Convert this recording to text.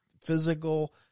physical